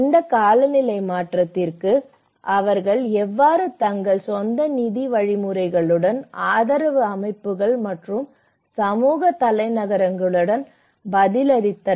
இந்த காலநிலை மாற்றத்திற்கு அவர்கள் எவ்வாறு தங்கள் சொந்த நிதி வழிமுறைகளுடன் ஆதரவு அமைப்புகள் மற்றும் சமூக தலைநகரங்களுடன் பதிலளிக்கின்றனர்